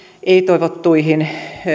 ei toivottuihin